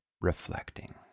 reflecting